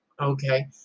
okay